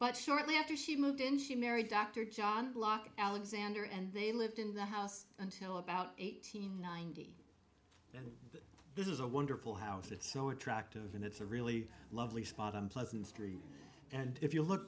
but shortly after she moved in she married dr john bloch alexander and they lived in the house until about eighteen nineteen this is a wonderful house that so attractive and it's a really lovely spot on pleasant street and if you look